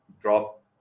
drop